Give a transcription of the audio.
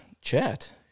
chat